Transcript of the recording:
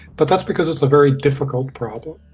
but that's because it's a very difficult problem.